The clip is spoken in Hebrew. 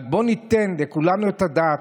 בואו ניתן כולנו את הדעת,